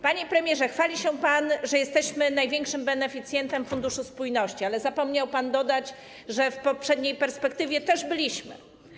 Panie premierze, chwali się pan, że jesteśmy największym beneficjentem Funduszu Spójności, ale zapomniał pan dodać, że w poprzedniej perspektywie też byliśmy.